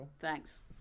Thanks